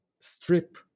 strip